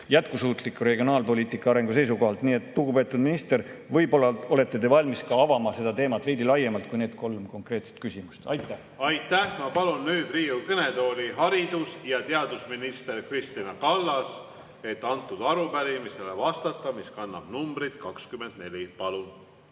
jätkusuutliku regionaalpoliitika arengu seisukohalt vältimatu eeldus. Nii et, lugupeetud minister, võib-olla te olete valmis avama seda teemat veidi laiemalt kui need kolm konkreetset küsimust. Aitäh! Aitäh! Ma palun nüüd Riigikogu kõnetooli haridus- ja teadusminister Kristina Kallase, et vastata arupärimisele, mis kannab numbrit 24.